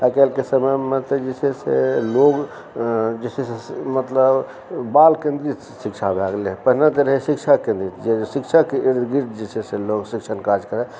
आइ काल्हिके समयमे तऽ जे छै से लोक जे छै से मतलब बाल केन्द्रित शिक्षा भए गेलै पहिने तऽ रहै शिक्षक केन्द्रित तऽ शिक्षकके इर्द गिर्द जे छै से लोक शिक्षण काज करै